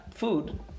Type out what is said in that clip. Food